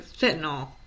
fentanyl